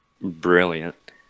brilliant